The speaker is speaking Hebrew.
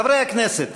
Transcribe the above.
חברי הכנסת,